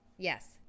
Yes